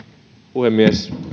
puhemies